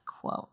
quote